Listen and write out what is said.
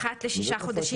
אחת לששה חודשים,